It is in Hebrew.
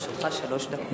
לרשותך, שלוש דקות.